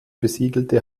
besiedelte